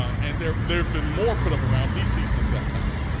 and there there have been more put up around dc since that time.